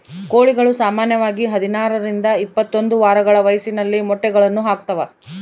ಕೋಳಿಗಳು ಸಾಮಾನ್ಯವಾಗಿ ಹದಿನಾರರಿಂದ ಇಪ್ಪತ್ತೊಂದು ವಾರಗಳ ವಯಸ್ಸಿನಲ್ಲಿ ಮೊಟ್ಟೆಗಳನ್ನು ಹಾಕ್ತಾವ